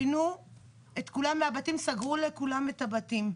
פינו את כולם מהבתים, סגרו לכולם את הבתים.